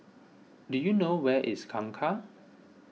do you know where is Kangkar